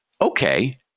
okay